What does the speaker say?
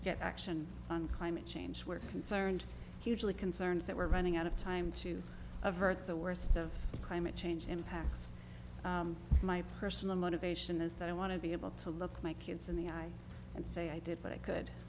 get action on climate change we're concerned hugely concerned that we're running out of time to avert the worst of climate change impacts my personal motivation is that i want to be able to look my kids in the eye and say i did but i could